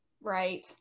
Right